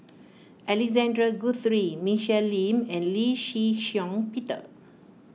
Alexander Guthrie Michelle Lim and Lee Shih Shiong Peter